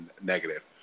negative